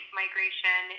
migration